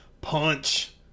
Punch